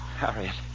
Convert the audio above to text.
Harriet